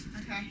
Okay